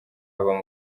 aba